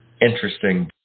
Interesting